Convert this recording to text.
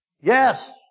Yes